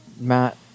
Matt